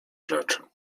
rzeczy